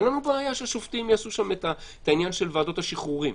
אין לנו בעיה שהשופטים יעשו שם את העניין של ועדת השחרורים.